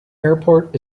airport